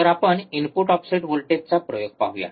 तर आपण input offset व्होल्टेजचा प्रयोग पाहूया